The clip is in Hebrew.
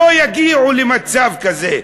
שלא יגיעו למצב כזה.